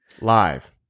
live